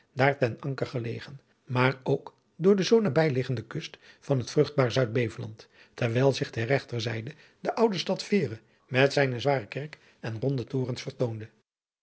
ten anker gelegen maar ook door de zoo nabij liggende kust van het vruchtbaar zuidbeveland terwijl zich ter regterzijde de oude stad veere met zijne zware kerk en ronde torens vertoonde